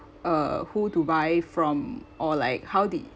uh who to buy from or like how the